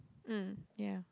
mm ya